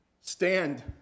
stand